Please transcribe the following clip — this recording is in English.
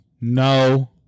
No